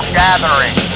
gathering